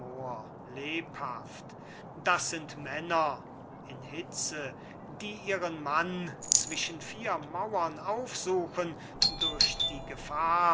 lebhaft das sind männer in hitze die ihren mann zwischen vier mauern aufsuchen durch die gefahr